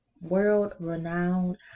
world-renowned